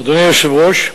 אדוני היושב-ראש,